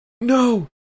No